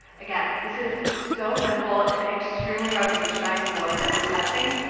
again, this is so simple and extremely revolutionising the way that we're testing.